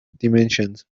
dimensions